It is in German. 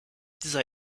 dieser